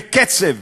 בקצב,